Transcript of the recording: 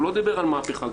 הוא לא דיבר על מהפכה גדולה.